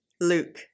Luke